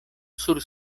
sur